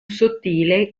sottile